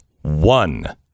one